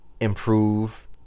improve